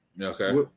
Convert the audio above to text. Okay